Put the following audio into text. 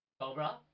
Cobra